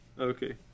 Okay